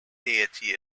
deity